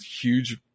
huge